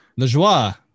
Lejoie